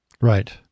Right